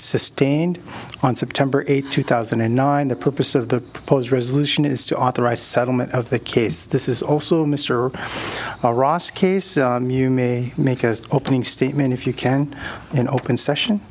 sustained on september eighth two thousand and nine the purpose of the proposed resolution is to authorize settlement of the case this is also mr ross case you may make as opening statement if you can in open session